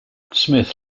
smith